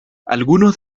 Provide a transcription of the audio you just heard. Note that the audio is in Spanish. algunos